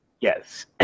Yes